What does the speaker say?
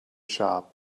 shop